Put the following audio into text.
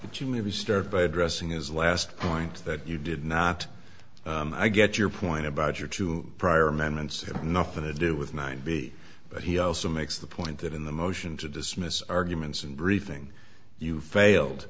but you maybe start by addressing his last point that you did not i get your point about your two prior amendments enough for the do with my b but he also makes the point that in the motion to dismiss arguments and briefing you failed